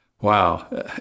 Wow